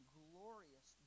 glorious